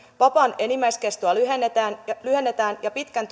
vapaan enimmäiskestoa lyhennetään ja lyhennetään ja pitkän